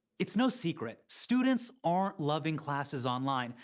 it's no secret, students aren't loving classes online.